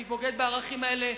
אני בוגד בערכים האלה,